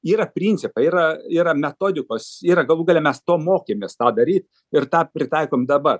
yra principai yra yra metodikos ir galų gale mes to mokėmės tą daryt ir tą pritaikom dabar